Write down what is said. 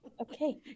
okay